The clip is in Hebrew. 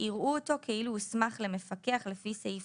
יראו אותו כאילו הוסמך למפקח לפי סעיף